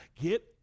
get